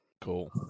Cool